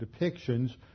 depictions